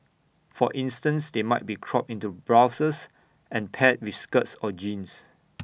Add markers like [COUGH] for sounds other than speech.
for instance they might be cropped into blouses and paired with skirts or jeans [NOISE]